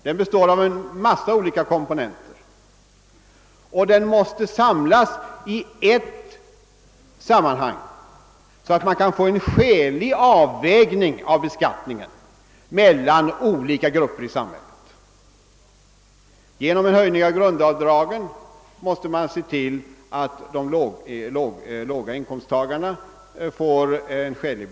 Den består av ett stort antal komponenter, som alla måste samlas till ett helt, så att man får en skälig avvägning av beskattningen mellan olika grupper i samhället. Genom en höjning av grundavdragen måste man se till att låginkomsttagarna behandlas skäligt.